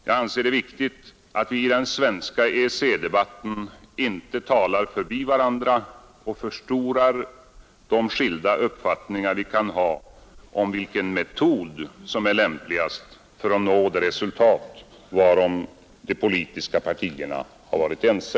Jag anser det viktigt att vi i den svenska EEC-debatten inte talar förbi varandra och förstorar de skilda uppfattningar vi kan ha om vilken metod som är lämpligast för att nå de resultat varom de politiska partierna har varit ense.